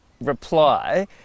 reply